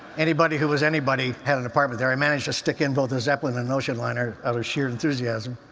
anybody who was anybody had an apartment there. i managed to stick in both the zeppelin and an ocean liner out of sheer enthusiasm.